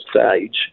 stage